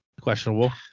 questionable